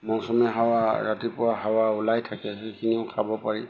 মৌচুমী হাৱা ৰাতিপুৱা হাৱা ওলাই থাকে সেইখিনিও খাব পাৰি